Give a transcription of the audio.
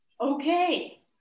Okay